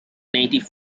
native